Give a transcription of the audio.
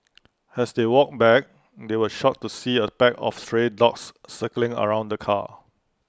as they walked back they were shocked to see A pack of stray dogs circling around the car